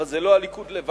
אבל זה לא הליכוד לבד,